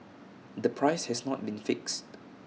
the price has not been fixed